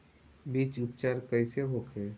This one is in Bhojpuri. बीज उपचार कइसे होखे?